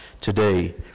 today